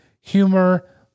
humor